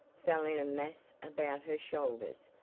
fell in a mass about her shoulders,